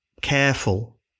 careful